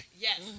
Yes